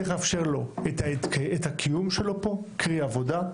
צריך לאפשר לו את הקיום שלו פה, קרי עבודה.